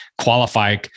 qualify